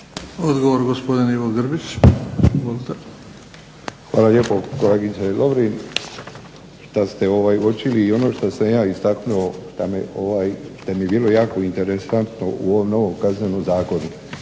**Grbić, Ivo (HDZ)** Hvala lijepo kolegice Lovrin, šta ste uočili i ono što sam ja istaknuo šta me ovaj, šta mi je bilo jako interesantno u ovom novom Kaznenom zakonu.